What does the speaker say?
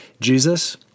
Jesus